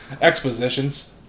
expositions